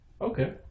Okay